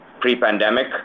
pre-pandemic